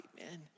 amen